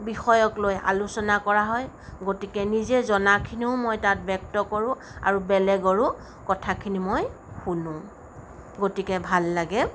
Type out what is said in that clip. বিষয়ক লৈ আলোচনা কৰা হয় গতিকে নিজে জনাখিনিও মই তাত ব্যক্ত কৰো আৰু বেলেগৰো কথাখিনি মই শুনোঁ গতিকে ভাল লাগে